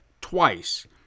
twice